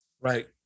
Right